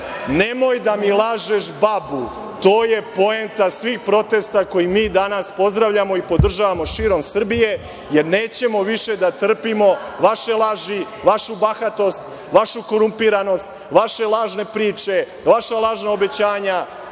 Nemoj da mi lažeš babu. To je poenta svih protesta koje mi danas pozdravljamo i podržavamo širom Srbije, jer nećemo više da trpimo vaše laži, vašu bahatost, vašu korumpiranost, vaše lažne priče, vaša lažna obećanja,